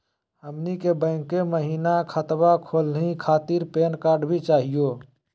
हमनी के बैंको महिना खतवा खोलही खातीर पैन कार्ड भी चाहियो?